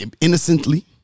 innocently